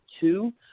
two